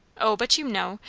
o, but you know!